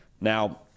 Now